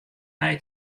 nei